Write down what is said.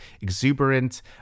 exuberant